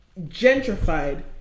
gentrified